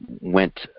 went